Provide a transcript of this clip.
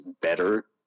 better